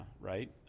right